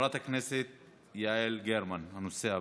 חברת הכנסת יעל גרמן, הנושא הבא.